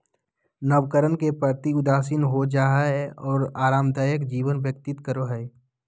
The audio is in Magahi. नवकरण के प्रति उदासीन हो जाय हइ और आरामदायक जीवन व्यतीत करो हइ